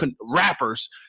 rappers